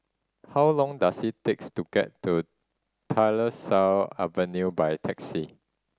how long does it takes to get to Tyersall Avenue by taxi